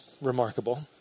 remarkable